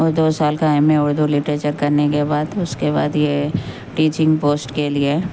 اور دو سال کا ایم اے اردو لٹریچر کرنے کے بعد اس کے بعد یہ ٹیچنگ پوسٹ کے لیے